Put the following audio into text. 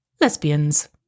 lesbians